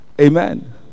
Amen